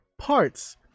parts